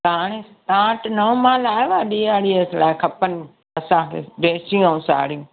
त हाणे तव्हां वटि नओं मालु आयो आहे ॾियारीअ लाइ खपनि असांखे ड्रैसूं अऊं साड़ियूं